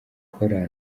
akora